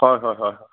হয় হয় হয়